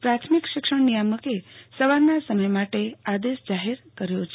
પ્રાથમિક શિક્ષણ નિયામકે સવારના સમય માટે આદેશ જાહેર કર્યો છે